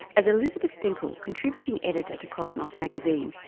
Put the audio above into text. as elizabeth finkel, contributing editor to cosmos magazine,